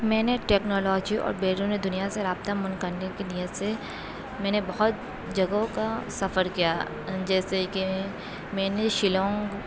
میں نے ٹیکنالوجی اور بیرونی دنیا سے رابطہ من کرنے کی نیت سے میں نے بہت جگہوں کا سفر کیا جیسے کہ میں نے شیلانگ